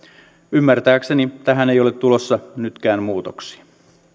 ymmärtääkseni tähän ei ole tulossa nytkään muutoksia